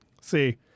See